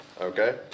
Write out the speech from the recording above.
Okay